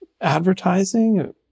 advertising